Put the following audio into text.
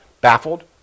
baffled